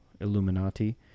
Illuminati